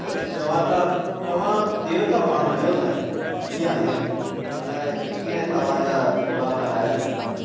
सच चवां त तव्हां देवता माण्हू आयो साईं जी हा साईं अलाए कीअं तव्हां जा थोरा मां लाहे सघंदुमि